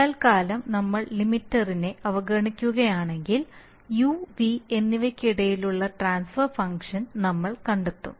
തൽക്കാലം നമ്മൾ ലിമിറ്ററിനെ അവഗണിക്കുകയാണെങ്കിൽ യു വി എന്നിവയ്ക്കിടയിലുള്ള ട്രാൻസ്ഫർ ഫംഗ്ഷൻ നമ്മൾ കണ്ടെത്തും